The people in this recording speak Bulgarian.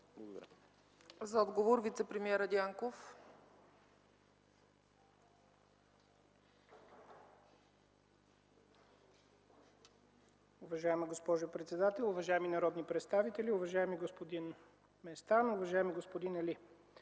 За отговор – вицепремиерът Дянков.